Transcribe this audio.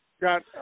Got